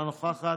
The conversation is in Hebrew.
אינה נוכחת,